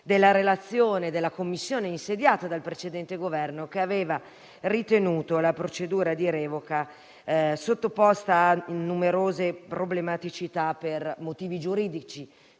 della relazione della commissione insediata dal precedente Governo, che aveva ritenuto la procedura di revoca sottoposta a numerose problematicità per motivi giuridici.